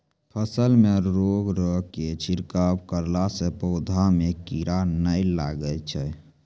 फसल मे रोगऽर के छिड़काव करला से पौधा मे कीड़ा नैय लागै छै?